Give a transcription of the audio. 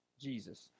Jesus